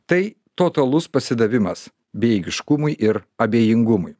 tai totalus pasidavimas bejėgiškumui ir abejingumui